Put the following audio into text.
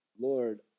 Lord